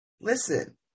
Listen